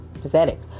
pathetic